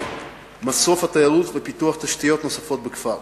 מסוף התיירות ופיתוח תשתיות נוספות בכפר.